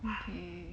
okay